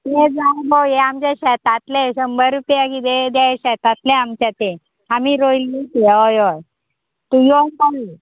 ते जाय पोव हें आमचें शेतांतलें शंबर रुपया किदें दे शेतलें आमचें तें आमी रोयलें तें हय हय तूं योन पळय